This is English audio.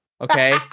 okay